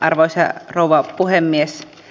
arvoisa rouva puhemies